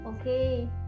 Okay